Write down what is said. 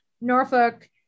Norfolk